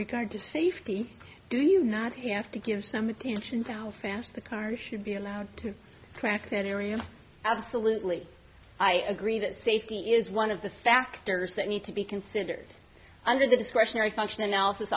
regard to safety do you not have to give some attention to how fast the car should be allowed to crack that area absolutely i agree that safety is one of the factors that need to be considered under the discretionary function analysis